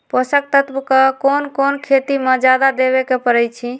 पोषक तत्व क कौन कौन खेती म जादा देवे क परईछी?